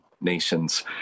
nations